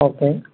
okay